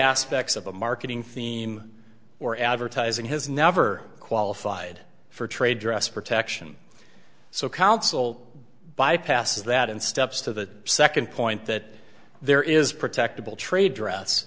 aspects of a marketing theme or advertising has never qualified for trade dress protection so council bypasses that and steps to the second point that there is protectable trade dress